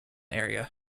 area